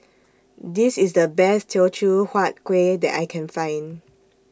This IS The Best Teochew Huat Kuih that I Can Find